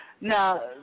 Now